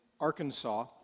Arkansas